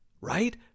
Right